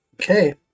Okay